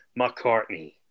McCartney